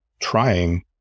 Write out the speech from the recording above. trying